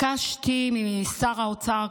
ביקשתי משר האוצר,